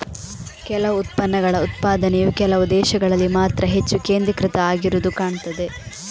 ಕೆಲವು ಉತ್ಪನ್ನಗಳ ಉತ್ಪಾದನೆಯು ಕೆಲವು ದೇಶಗಳಲ್ಲಿ ಮಾತ್ರ ಹೆಚ್ಚು ಕೇಂದ್ರೀಕೃತ ಆಗಿರುದು ಕಾಣ್ತದೆ